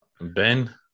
Ben